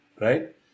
Right